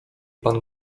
pan